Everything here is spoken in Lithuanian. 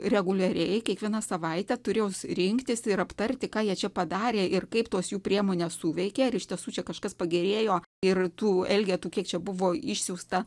reguliariai kiekvieną savaitę turėjo rinktis ir aptarti ką jie čia padarė ir kaip tos jų priemonės suveikė ar iš tiesų čia kažkas pagerėjo ir tų elgetų kiek čia buvo išsiųsta